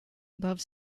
above